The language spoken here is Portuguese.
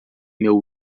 meu